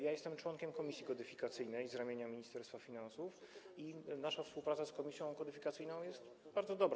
Jestem członkiem komisji kodyfikacyjnej z ramienia Ministerstwa Finansów i nasza współpraca z komisją kodyfikacyjną jest bardzo dobra.